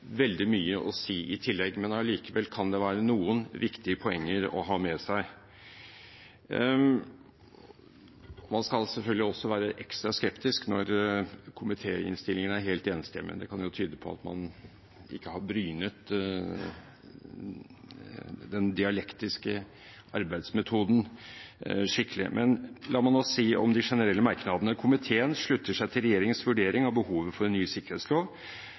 veldig mye å si i tillegg, likevel kan det være noen viktige poenger å ha med seg. Man skal selvfølgelig også være ekstra skeptisk når komitéinnstillingen er helt enstemmig – det kan jo tyde på at man ikke har brynet den dialektiske arbeidsmetoden skikkelig. La meg nå si noe om de generelle merknadene: «Komiteen slutter seg til regjeringens vurdering av behovet for en ny sikkerhetslov.